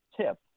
tip